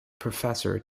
professor